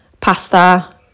pasta